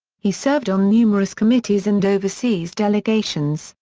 he served on numerous committees and overseas delegations,